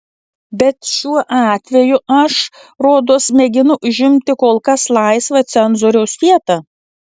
bet šiuo atveju aš rodos mėginu užimti kol kas laisvą cenzoriaus vietą